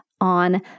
on